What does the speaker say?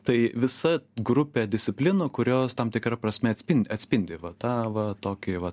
tai visa grupė disciplinų kurios tam tikra prasme atspindi atspindi va tą va tokį va